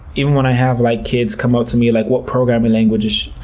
even when i have like kids come up to me, like, what programming language?